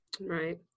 Right